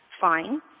fine